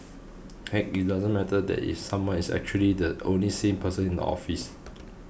heck it doesn't matter that someone is actually the only sane person in the office